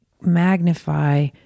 magnify